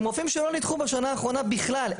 רופאים שלא ניתחו בשנה האחרונה בכלל,